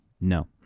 No